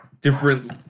different